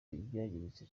ibyangiritse